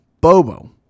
Bobo